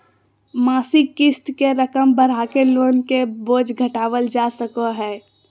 मासिक क़िस्त के रकम बढ़ाके लोन के बोझ घटावल जा सको हय